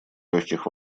легких